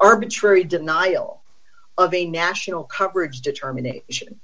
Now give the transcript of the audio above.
arbitrary denial of a national coverage determination